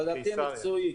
אבל דעתי המקצועית,